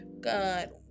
God